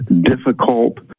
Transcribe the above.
difficult